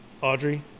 Audrey